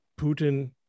Putin